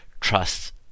trust